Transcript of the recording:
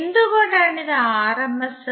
എന്തുകൊണ്ടാണ് ഇത് R M S